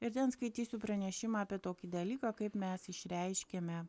ir ten skaitysiu pranešimą apie tokį dalyką kaip mes išreiškiame